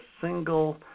single